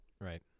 Right